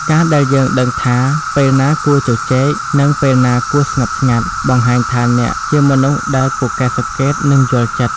ការដែលយើងដឹងថាពេលណាគួរជជែក និងពេលណាគួរស្ងប់ស្ងាត់ បង្ហាញថាអ្នកជាមនុស្សដែលពូកែសង្កេត និងយល់ចិត្ត។